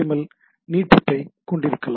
L நீட்டிப்பைக் கொண்டிருக்கலாம்